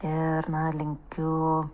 ir na linkiu